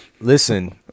Listen